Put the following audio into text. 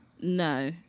no